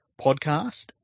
podcast